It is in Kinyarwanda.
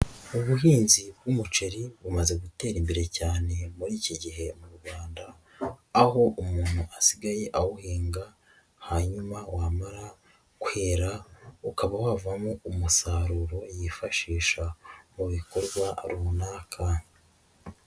Ubuhinzi bw'umuceri bumaze gutera imbere cyane muri iki gihe mu Rwanda, aho umuntu asigaye awuhinga hanyuma wamara kwera, ukaba wavamo umusaruro yifashisha mu bikorwa runaka.